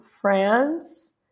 France